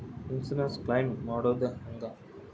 Insurance claim ಮಾಡೋದು ಹೆಂಗ?